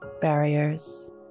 barriers